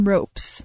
Ropes